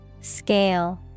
Scale